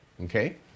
Okay